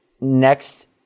next